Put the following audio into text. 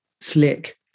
slick